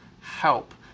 help